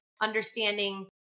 understanding